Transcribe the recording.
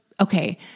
Okay